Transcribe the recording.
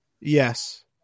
yes